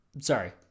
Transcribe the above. Sorry